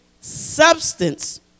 substance